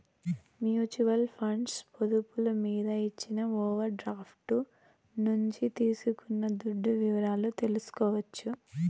mutual funds పొదుపులు మీద ఇచ్చిన ఓవర్ డ్రాఫ్టు నుంచి తీసుకున్న దుడ్డు వివరాలు తెల్సుకోవచ్చు